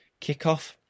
kickoff